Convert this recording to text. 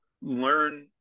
learn